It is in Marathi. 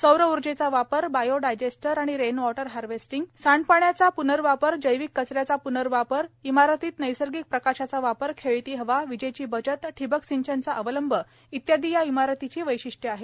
सौर ऊर्जेचा वापरबायो डायजेस्टर आणि रेन वॉटर हार्वेस्टिंग सांडपाण्याचा प्नर्वापर जैविक कचऱ्याचा प्नर्वापर इमारतीत नैसर्गिक प्रकाशाचा वापर खेळती हवा विजेची बचत ठिबक सिंचनचा अवलंब इत्यादी या इमारतीची वैशिष्ट्ये आहेत